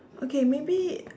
okay maybe